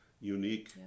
unique